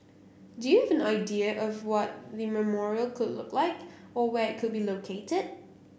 do you have an idea of what the memorial could look like or where it could be located